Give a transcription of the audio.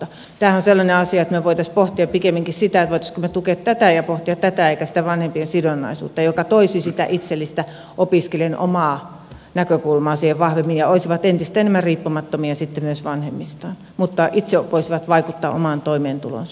tämähän on sellainen asia että me voisimme pohtia pikemminkin sitä voisimmeko me tukea tätä emmekä sitä vanhempien sidonnaisuutta ja tämä toisi sitä itsellistä opiskelijan omaa näkökulmaa siihen vahvemmin ja he olisivat entistä enemmän riippumattomia sitten myös vanhemmistaan mutta itse voisivat vaikuttaa omaan toimeentuloonsa